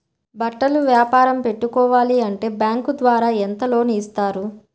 బట్టలు వ్యాపారం పెట్టుకోవాలి అంటే బ్యాంకు ద్వారా ఎంత లోన్ ఇస్తారు?